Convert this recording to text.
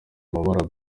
amabara